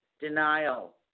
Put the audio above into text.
denial